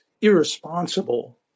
irresponsible